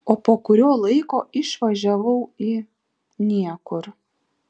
o po kurio laiko išvažiavau į niekur